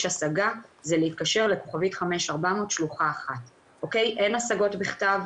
השגה זה להתקשר ל-5400* שלוחה 1. אין השגות בכתב,